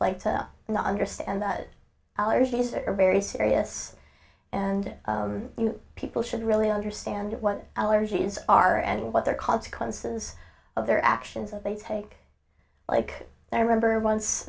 later not understand that allergies are very serious and people should really understand what allergies are and what their consequences of their actions and they take like i remember once